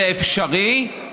זה אפשרי,